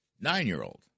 nine-year-old